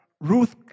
Ruth